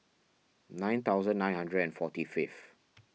nine thousand nine hundred and forty fifth